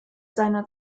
seiner